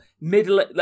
middle